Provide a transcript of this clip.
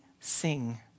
sing